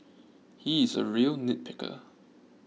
he is a real nitpicker